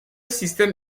système